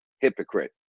hypocrite